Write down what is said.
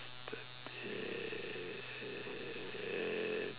uh